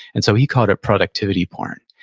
and so he called it productivity porn,